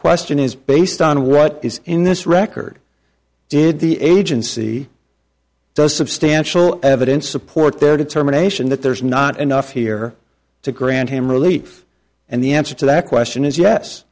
question is based on what is in this record did the agency does substantial evidence support their determination that there's not enough here to grant him relief and the answer to that question is yes